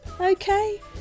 okay